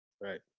Right